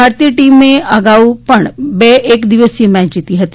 ભારતીય ટીમે અગાઉ પણ બે એક દિવસીય મેચ જીતી હતી